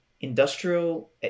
industrial